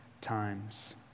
times